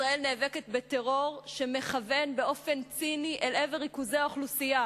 ישראל נאבקת בטרור שמכוון באופן ציני אל עבר ריכוזי האוכלוסייה,